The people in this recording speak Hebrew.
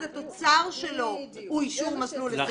התוצר שלו הוא אישור מסלול היסעים.